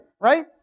right